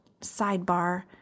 sidebar